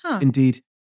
Indeed